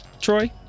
Troy